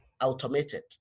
automated